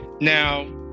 now